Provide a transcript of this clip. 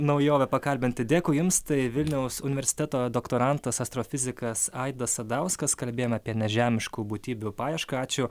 naujovę pakalbinti dėkui jums tai vilniaus universiteto doktorantas astrofizikas aidas sadauskas kalbėjom apie nežemiškų būtybių paiešką ačiū